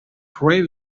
pray